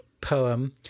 poem